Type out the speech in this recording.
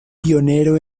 pionero